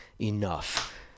Enough